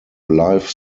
live